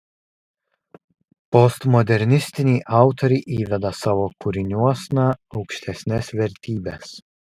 postmodernistiniai autoriai įveda savo kūriniuosna aukštesnes vertybes